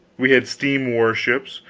we had steam warships,